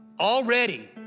already